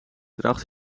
draagt